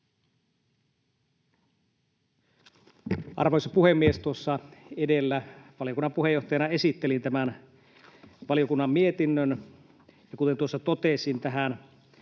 Arvoisa puhemies! Tuossa edellä valiokunnan puheenjohtajana esittelin tämän valiokunnan mietinnön. Kuten tuossa totesin, tähän